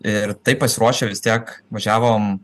ir taip pasiruošę vis tiek važiavom